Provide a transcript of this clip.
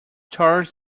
charles